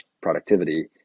productivity